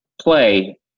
play